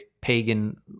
pagan